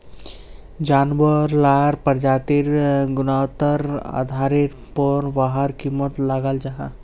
जानवार लार प्रजातिर गुन्वात्तार आधारेर पोर वहार कीमत लगाल जाहा